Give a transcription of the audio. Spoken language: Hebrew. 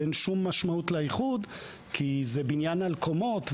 אין שום משמעות לאיחוד כי זה בניין על קומות,